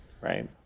right